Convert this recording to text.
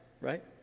right